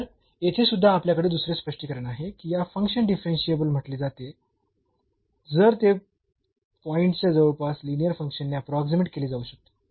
तर येथे सुद्धा आपल्याकडे दुसरे स्पष्टीकरण आहे की या फंक्शन डिफरन्शियेबल म्हटले जाते जर ते पॉईंटच्या जवळपास लिनीअर फंक्शनने अप्रोक्सीमेट केले जाऊ शकते